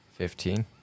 Fifteen